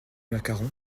macarons